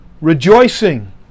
rejoicing